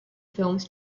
films